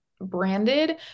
branded